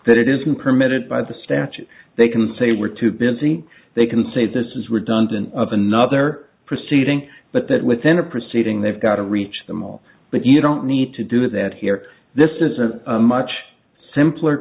that it isn't permitted by the statute they can say we're too busy they can say this is redundant of another proceeding but that within a proceeding they've got to reach them all but you don't need to do that here this is a much simpler